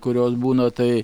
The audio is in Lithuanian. kurios būna tai